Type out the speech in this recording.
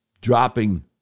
dropping